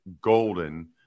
Golden